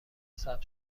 ثبت